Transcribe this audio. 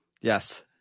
Yes